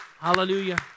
Hallelujah